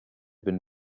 been